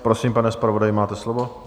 Prosím, pane zpravodaji, máte slovo.